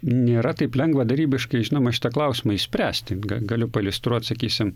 nėra taip lengva darybiškai žinoma šitą klausimą išspręsti ga galiu pailiustruot sakysim